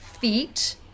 feet